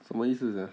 什么意思 sia